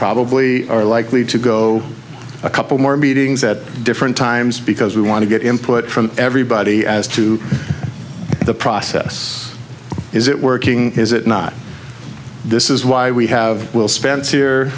probably are likely to go a couple more meetings at different times because we want to get input from everybody as to the process is it working is it not this is why we have we'll sp